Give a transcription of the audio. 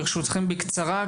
בקצרה,